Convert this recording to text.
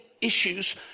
issues